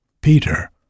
Peter